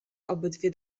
obydwie